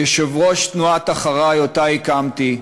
כיושב-ראש תנועת "אחריי!" שהקמתי,